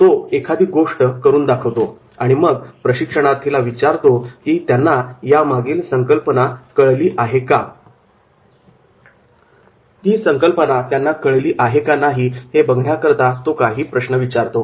तो एखादी गोष्ट करून दाखवतो आणि मग प्रशिक्षणार्थींना तो विचारतो की त्यांना यामागील संकल्पना कळली आहे का नाही हे बघण्याकरता तो काही प्रश्न विचारेल